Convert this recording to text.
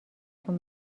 تون